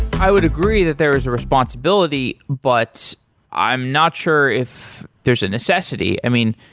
i would agree that there is a responsibility, but i'm not sure if there's a necessity. i mean,